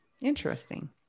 Interesting